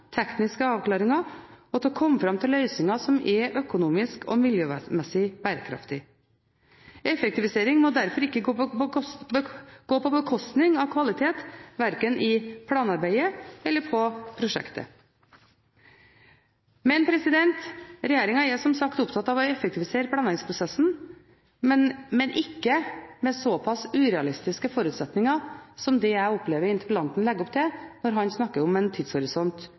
tekniske avklaringer og til å komme fram til løsninger som er økonomisk og miljømessig bærekraftige. Effektivisering må derfor ikke gå på bekostning av kvalitet, verken i planarbeidet eller på prosjektet. Men regjeringen er – som sagt – opptatt av å effektivisere planleggingsprosessen, men ikke med såpass urealistiske forutsetninger som det jeg opplever at interpellanten legger opp til når han snakker om en tidshorisont